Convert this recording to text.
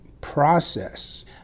process